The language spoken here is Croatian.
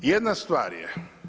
Jedna stvar je.